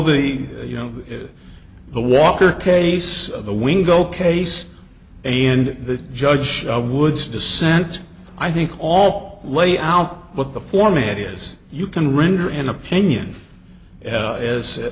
the you know the walker case of the window case and the judge woods dissent i think all lay out what the format is you can render an opinion a